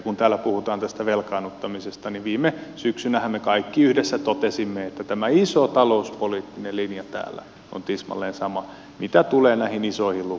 kun täällä puhutaan tästä velkaannuttamisesta niin viime syksynähän me kaikki yhdessä totesimme että tämä iso talouspoliittinen linja täällä on tismalleen sama mitä tulee näihin isoihin lukuihin